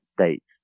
States